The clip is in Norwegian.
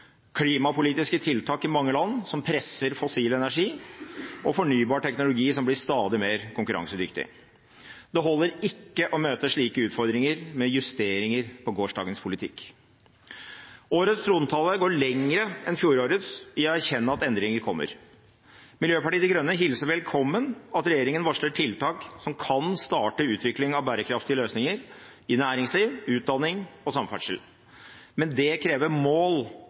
klimapolitiske tiltak i mange land som presser fossil energi fornybar energi som blir stadig mer konkurransedyktig Det holder ikke å møte slike utfordringer med justeringer av gårsdagens politikk. Årets trontale går lenger enn fjorårets i å erkjenne at endringer kommer. Miljøpartiet De Grønne hilser velkommen at regjeringen varsler tiltak som kan starte utvikling av bærekraftige løsninger i næringsliv, utdanning og samferdsel. Men det krever mål